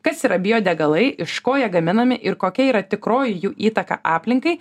kas yra biodegalai iš ko jie gaminami ir kokia yra tikroji jų įtaka aplinkai